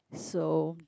so